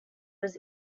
was